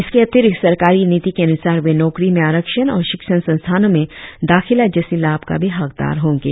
इसके अतिरिक्त सरकारी नीति के अनुसार वे नौकरी में आरक्षण और शिक्षण संस्थानों में दाखिला जैसी लाभ का भी हकदार होंगे